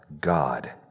God